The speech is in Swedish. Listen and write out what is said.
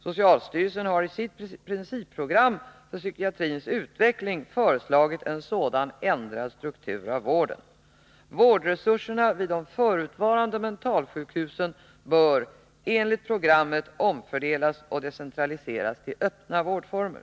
Socialstyrelsen har i sitt principprogram för psykiatrins utveck ling föreslagit en sådan ändrad struktur av Nr 155 vården. Vårdresurserna vid de förutvarande mentalsjukhusen bör enligt Tisdagen den programmet omfördelas och decentraliseras till öppna vårdformer.